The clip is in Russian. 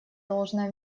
должное